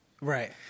Right